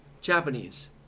Japanese